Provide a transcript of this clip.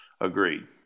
Agreed